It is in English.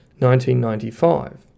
1995